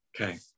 Okay